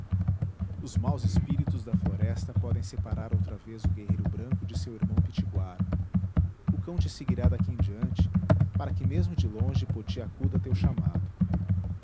os maus espíritos da floresta podem separar outra vez o guerreiro branco de seu irmão pitiguara o cão te seguirá daqui em diante para que mesmo de longe poti acuda a teu chamado